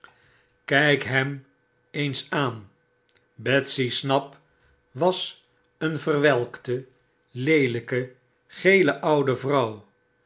kijk hem eens aan betsy snap was een verwelkte leelijke gele oude vrouw